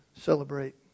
celebrate